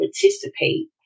participate